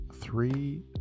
three